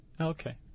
okay